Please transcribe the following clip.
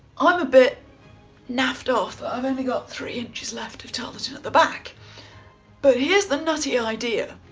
i'm a bit naffed off. i've only got three inches left of tarlatan at the back but here's the nutty idea.